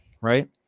right